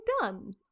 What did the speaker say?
done